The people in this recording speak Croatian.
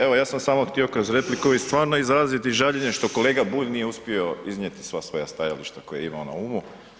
Evo ja sam samo htio kroz repliku i stvarno izraziti žaljenje što kolega Bulj nije uspio iznijeti sva svoja stajališta koja je imao na umu.